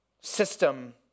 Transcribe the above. system